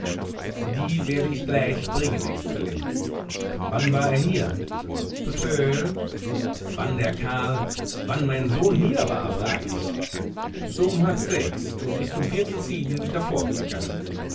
die werde ich gleich bringen exzellenz wann war er hier befehlen wann der karl wann mein sohn hier war frag ich so um halb sechs und ist um viertel sieben wieder fortgegangen